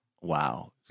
wow